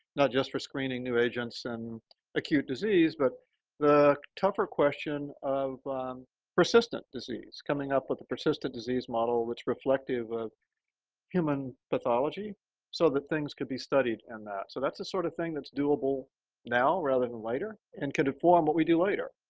not just for screening new agents and acute disease but the tougher question of persistent disease coming up with the persistent disease model, which reflective of human pathology so that things can be studied in and that. so that's the sort of thing that's doable now rather than later, and could inform what we do later.